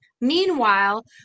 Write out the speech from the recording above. Meanwhile